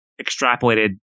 extrapolated